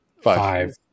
Five